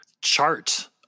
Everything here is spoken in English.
Chart